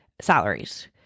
salaries